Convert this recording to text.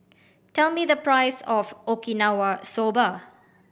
tell me the price of Okinawa Soba